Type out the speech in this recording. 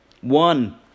one